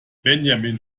benjamin